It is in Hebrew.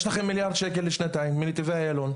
יש לכם מיליארד שקל לשנתיים מנתיבי איילון.